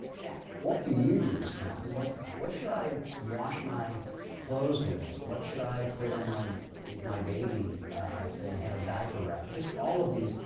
yeah what do you use, ken? what what should i wash my clothes with? what should i put on my my baby if they have a diaper rash? just all of these.